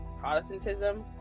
Protestantism